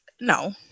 No